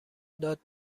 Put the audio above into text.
داد